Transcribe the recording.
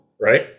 right